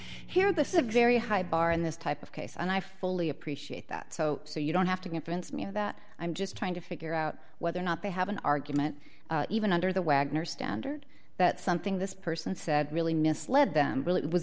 here this is a very high bar in this type of case and i fully appreciate that so you don't have to influence me that i'm just trying to figure out whether or not they have an argument even under the wagner standard that something this person said really misled them really was